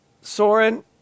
Soren